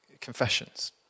confessions